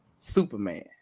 Superman